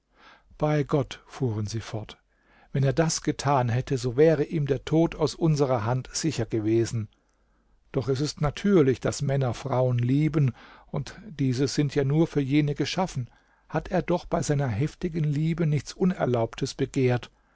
bei gott fuhren sie fort wenn er das getan hätte so wäre ihm der tod aus unserer hand sicher gewesen doch es ist natürlich daß männer frauen lieben und diese sind ja nur für jene geschaffen hat er doch bei seiner heftigen liebe nichts unerlaubtes begehrt